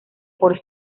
por